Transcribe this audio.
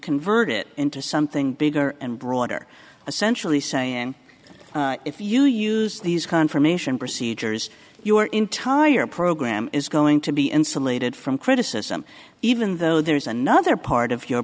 convert it into something bigger and broader essentially saying if you use these confirmation procedures your entire program is going to be insulated from criticism even though there's another part of